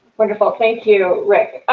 wonderful. thank you, rick.